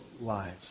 lives